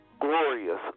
glorious